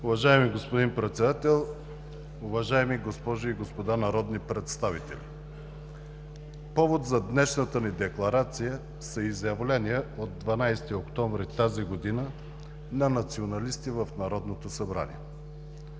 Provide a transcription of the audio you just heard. Уважаеми господин Председател, уважаеми госпожи и господа народни представители! Повод за днешната ни Декларация са изявления от 12 октомври тази година на националисти в Народното събрание.